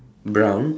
brown